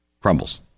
crumbles